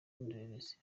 indorerezi